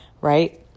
right